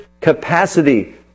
capacity